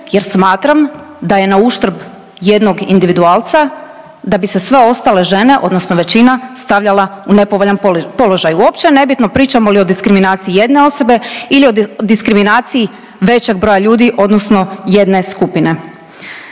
jer smatram da je na uštrb jednog individualca, da bi se sve ostale žene odnosno većina stavljala u nepovoljan položaj. Uopće nebitno pričamo li o diskriminaciji jedne osobe ili o diskriminaciji većeg broja ljudi odnosno jedne skupine.